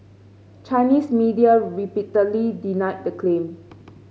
Chinese media repeatedly denied the claim